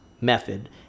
Method